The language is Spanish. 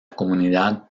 comunidad